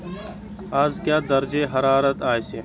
آز کیاہ درجے حرارت آسہِ